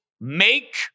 make